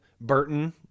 Burton